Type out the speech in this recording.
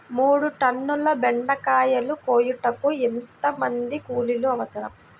మూడు టన్నుల బెండకాయలు కోయుటకు ఎంత మంది కూలీలు అవసరం?